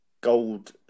gold